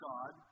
God